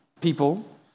people